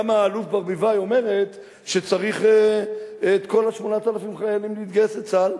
למה האלוף ברביבאי אומרת שצריך את כל 8,000 החיילים לגייס לצה"ל,